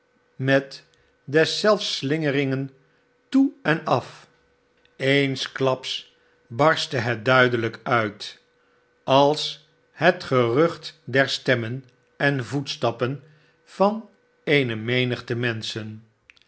met deszelfs slingeringen toe en af eensklaps barstte het duidelyk uit als het gerucht der stemmen en voetstappen van eene menigte menschen